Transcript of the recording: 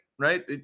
right